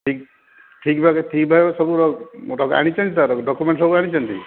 ଠିକ୍ ଠିକ୍ ଭାବେ ଠିକ୍ ଭାବେ ସବୁ ଆଣିଛନ୍ତି ତ ଡକ୍ୟୁମେଣ୍ଟ ସବୁ ଆଣିଛନ୍ତି